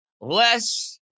less